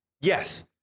Yes